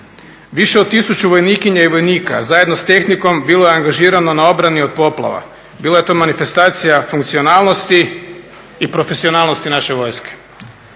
Više od 1000 vojnikinja i vojnika, zajedno s tehnikom, bilo je angažirano na obrani od poplava. Bila je to manifestacija funkcionalnosti i profesionalnosti naše vojske.